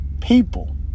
people